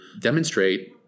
demonstrate